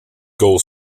goal